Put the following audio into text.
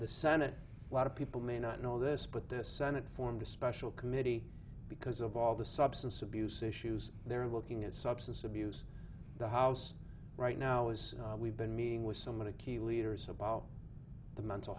the senate a lot of people may not know this but this senate formed a special committee because of all the substance abuse issues they're looking at substance abuse the house right now is we've been meeting with someone a key leaders about the mental